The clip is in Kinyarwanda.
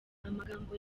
amagambo